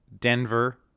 Denver